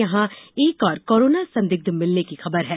यहां एक और कोरोना संदिग्ध मिलने की खबर है